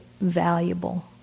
valuable